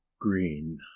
green